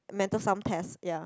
mentor some test ya